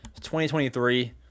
2023